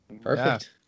Perfect